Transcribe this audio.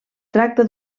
tracta